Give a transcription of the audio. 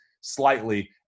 slightly